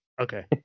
Okay